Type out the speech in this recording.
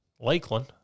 Lakeland